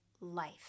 life